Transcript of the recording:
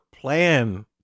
plan